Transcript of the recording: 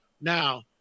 now